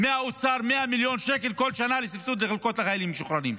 מהאוצר 100 מיליון שקל כל שנה לסבסוד חלקות החיילים המשוחררים.